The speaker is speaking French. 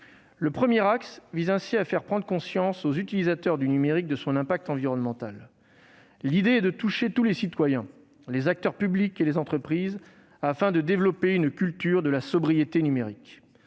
Le premier axe vise à faire prendre conscience aux utilisateurs du numérique de son impact environnemental. L'idée est de toucher tous les citoyens, les acteurs publics et les entreprises, afin de développer une « culture de la sobriété numérique